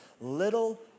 Little